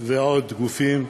ועוד גופים,